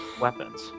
weapons